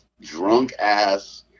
drunk-ass –